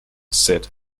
said